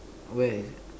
where